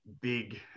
big